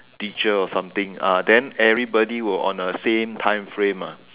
teacher or something ah then everybody will on a same time frame ah